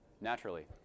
naturally